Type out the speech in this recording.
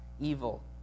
evil